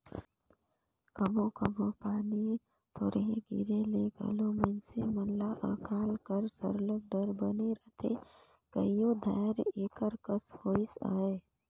कभों कभों पानी थोरहें गिरे ले घलो मइनसे मन ल अकाल कर सरलग डर बने रहथे कइयो धाएर एकर कस होइस अहे